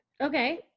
Okay